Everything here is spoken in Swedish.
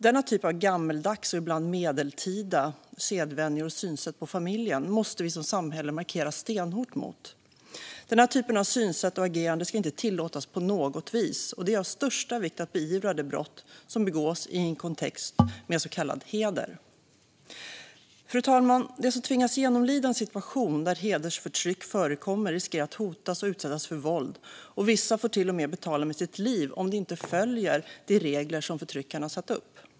Denna typ av gammaldags, ibland medeltida, sedvänjor och synsätt på familjen måste vi som samhälle markera stenhårt mot. Synsätt och agerande som detta ska inte tillåtas på något vis, och det är av största vikt att beivra de brott som begås i en kontext med så kallad heder. Fru talman! De som tvingas genomlida en situation där hedersförtryck förekommer riskerar att hotas och utsättas för våld, och vissa får till och med betala med sitt liv om de inte följer de regler som förtryckarna sätter upp.